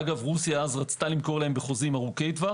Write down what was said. אגב, רוסיה רצתה למכור להם בחוזי ארוכי טווח.